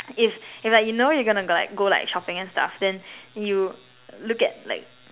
if if like you know like you're gonna go like go like shopping and stuff then you look at like